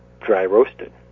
dry-roasted